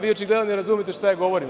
Vi očigledno ne razumete šta ja govorim.